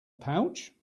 pouch